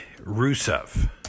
Rusev